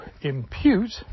impute